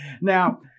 Now